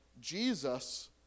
Jesus